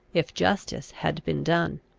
if justice had been done.